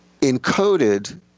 encoded